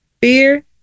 fear